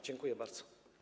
Dziękuję bardzo.